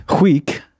week